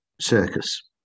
circus